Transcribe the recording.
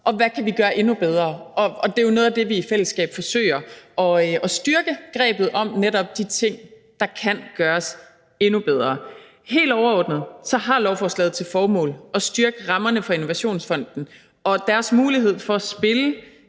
og hvad vi kan gøre endnu bedre. Det er jo noget af det, vi i fællesskab forsøger at styrke grebet om, netop om de ting, der kan gøres endnu bedre. Helt overordnet har lovforslaget til formål at styrke rammerne for Innovationsfonden og deres mulighed for at spille